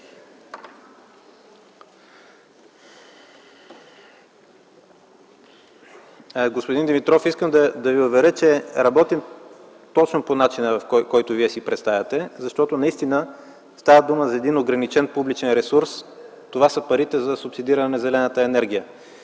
Господин Димитров, искам да Ви уверя, че работим точно по начина, който Вие си представяте. Наистина става дума за ограничен публичен ресурс – това са парите за субсидиране на зелената енергия.